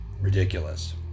ridiculous